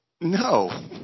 No